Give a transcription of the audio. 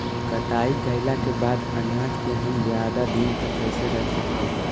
कटाई कैला के बाद अनाज के हम ज्यादा दिन तक कैसे रख सकली हे?